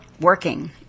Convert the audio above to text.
working